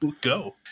go